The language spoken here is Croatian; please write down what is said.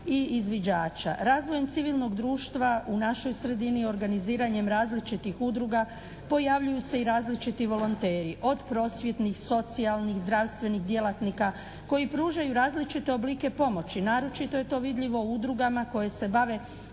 Razvojem civilnog društva u našoj sredini organiziranjem različitih udruga pojavljuju se i različiti volonteri, od prosvjetnih, socijalnih, zdravstvenih djelatnika koji pružaju različite oblike pomoći. Naročito je to vidljivo u udrugama koje se bave